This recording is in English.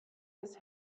his